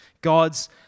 God's